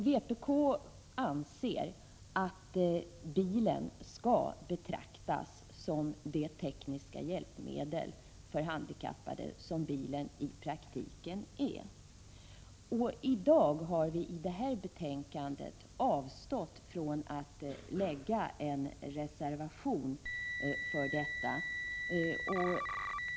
Vpk anser att bilen skall betraktas som det tekniska hjälpmedel för handikappade som bilen i praktiken är. I detta betänkande har vi avstått från att avge en reservation om detta.